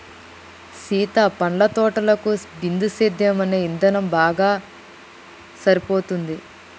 సీత పండ్ల తోటలకు బిందుసేద్యం అనే ఇధానం బాగా సరిపోతుంది